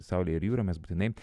saulė ir jūra mes būtinai